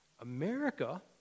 America